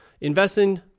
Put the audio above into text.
investing